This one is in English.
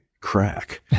crack